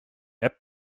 app